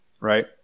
right